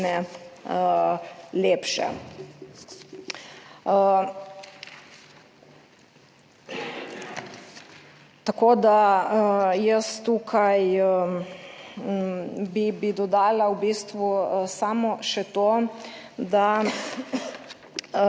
lepše. Tako, da jaz tukaj bi dodala v bistvu samo še to, da